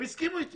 הם הסכימו איתי